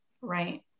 Right